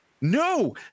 No